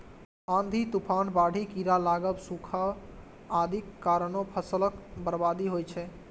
आंधी, तूफान, बाढ़ि, कीड़ा लागब, सूखा आदिक कारणें फसलक बर्बादी होइ छै